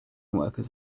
workers